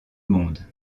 monde